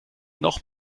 noch